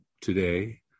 today